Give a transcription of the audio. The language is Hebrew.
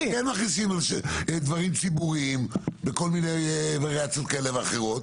אנחנו כן מכניסים דברים ציבוריים בכל מיני וריאציות כאלה ואחרות.